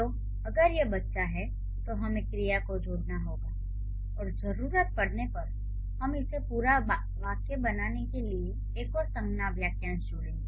तो अगर यह "बच्चा" है तो हमें क्रिया को जोड़ना होगा और जरूरत पड़ने पर हम इसे पूरा वाक्य बनाने के लिए एक और संज्ञा वाक्यांश जोड़ेंगे